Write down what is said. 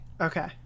Okay